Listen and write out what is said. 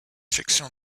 section